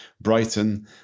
Brighton